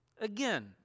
again